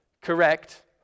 correct